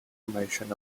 information